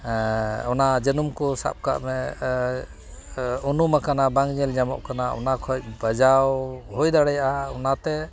ᱚᱱᱟ ᱡᱟᱹᱱᱩᱢ ᱠᱚ ᱥᱟᱵᱽᱠᱟᱜ ᱢᱮ ᱩᱱᱩᱢ ᱟᱠᱟᱱᱟ ᱵᱟᱝ ᱧᱮᱞ ᱧᱟᱢᱚᱜ ᱠᱟᱱᱟ ᱚᱱᱟᱠᱷᱚᱡ ᱵᱟᱡᱟᱣ ᱦᱩᱭ ᱫᱟᱲᱮᱭᱟᱜᱼᱟ ᱚᱱᱟᱛᱮ